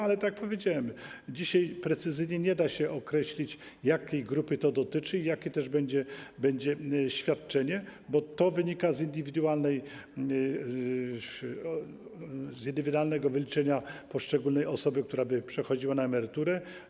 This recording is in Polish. Ale tak jak powiedziałem, dzisiaj precyzyjnie nie da się określić, jakiej grupy to dotyczy i jakie też będzie pojedyncze świadczenie, bo to wynika z indywidualnego wyliczenia dla poszczególnej osoby, która by przechodziła na emeryturę.